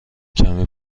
کمی